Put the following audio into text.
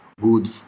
good